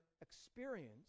experience